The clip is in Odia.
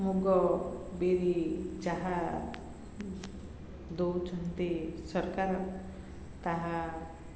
ମୁଗ ବିରି ଯାହା ଦେଉଛନ୍ତି ସରକାର ତାହା